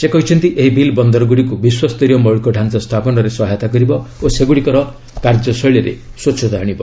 ସେ କହିଛନ୍ତି ଏହି ବିଲ୍ ବନ୍ଦରଗୁଡ଼ିକୁ ବିଶ୍ୱସ୍ତରୀୟ ମୌଳିକ ଢାଞ୍ଚା ସ୍ଥାପନରେ ସହାୟତା କରିବ ଓ ସେଗୁଡ଼ିକର କାର୍ଯ୍ୟଶୈଳୀରେ ସ୍ପଚ୍ଛତା ଆଣିବ